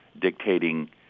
dictating